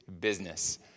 business